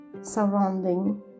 surrounding